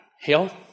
health